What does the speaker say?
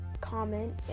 comment